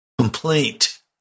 complaint